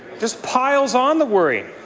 just piles on the worry.